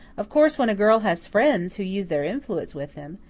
of course, when a girl has friends who use their influence with him,